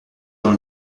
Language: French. dans